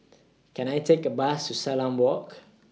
Can I Take A Bus to Salam Walk